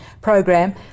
program